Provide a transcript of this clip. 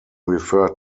refer